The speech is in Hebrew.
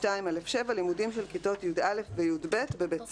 "(2א7) לימודים של כיתות י"א ו-י"ב בבית ספר".